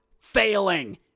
failing